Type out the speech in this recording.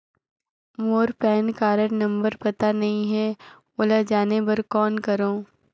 मोर PAN card number पता नहीं है, ओला जाने बर कौन करो?